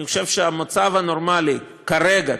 אני חושב שהמצב הנורמלי כרגע,